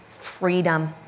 freedom